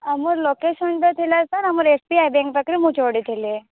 ଆମର ଲୋକେସନଟା ଥିଲା ସାର୍ ଆମର ଏସ ବି ଆଇ ବ୍ୟାଙ୍କ୍ ପାଖରେ ମୁଁ ଚଢ଼ିଥିଲି